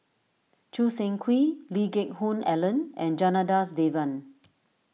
Choo Seng Quee Lee Geck Hoon Ellen and Janadas Devan